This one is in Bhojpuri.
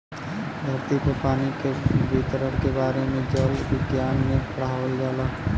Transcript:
धरती पे पानी के वितरण के बारे में जल विज्ञना में पढ़ावल जाला